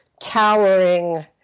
towering